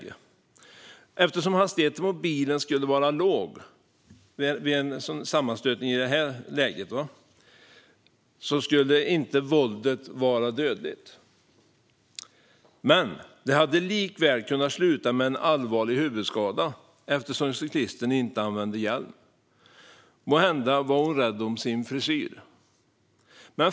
Eftersom hastigheten på bilen skulle vara låg skulle våldet inte vara dödligt. Men det hade likväl kunnat sluta med en allvarlig huvudskada, eftersom cyklisten inte använde hjälm - måhända var hon rädd om sin frisyr.